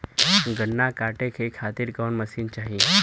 गन्ना कांटेके खातीर कवन मशीन चाही?